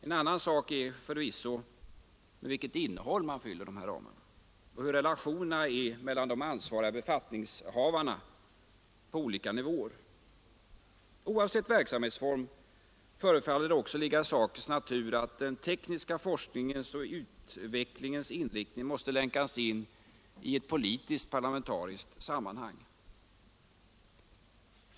En annan sak är förvisso med vilket innehåll dessa ramar fylls och hur relationerna mellan de ansvariga befattningshavarna på olika nivåer utvecklas. Oavsett verksamhetsform förefaller det också ligga i sakens natur att den tekniska forskningens och utvecklingens inriktning måste länkas in i ett politiskt-parlamentariskt sammanhang.